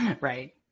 right